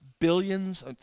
billions